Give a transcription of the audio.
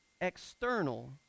external